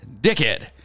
Dickhead